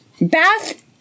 bath